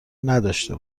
نداشته